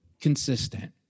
consistent